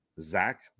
Zach